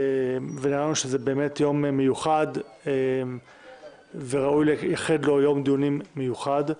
ראינו שזה באמת יום מיוחד וראוי לייחד לו יום דיונים מיוחד,